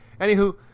Anywho